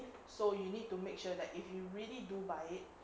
so you need to make sure that if you really do buy it